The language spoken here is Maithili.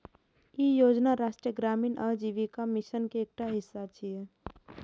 ई योजना राष्ट्रीय ग्रामीण आजीविका मिशन के एकटा हिस्सा छियै